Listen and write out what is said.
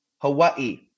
Hawaii